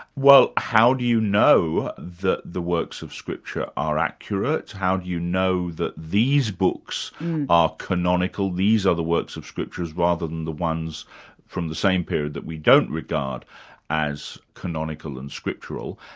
well how do you know that the works of scripture are accurate? how do you know that these books are canonical, these are the works of scriptures rather than the ones from the same period that we don't regard as canonical and scriptural,